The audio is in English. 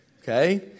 okay